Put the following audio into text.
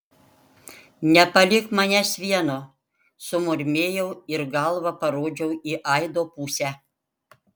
nepalik manęs vieno sumurmėjau ir galva parodžiau į aido pusę